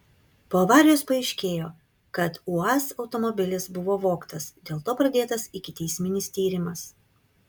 po avarijos paaiškėjo kad uaz automobilis buvo vogtas dėl to pradėtas ikiteisminis tyrimas